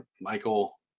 michael